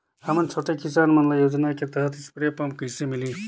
हमन छोटे किसान मन ल योजना के तहत स्प्रे पम्प कइसे मिलही?